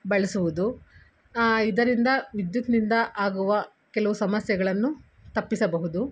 ಬಳಸುವುದು ಇದರಿಂದ ವಿದ್ಯುತ್ತಿನಿಂದ ಆಗುವ ಕೆಲವು ಸಮಸ್ಯೆಗಳನ್ನು ತಪ್ಪಿಸಬಹುದು